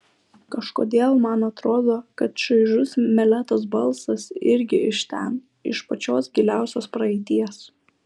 kažkodėl man atrodo kad šaižus meletos balsas irgi iš ten iš pačios giliausios praeities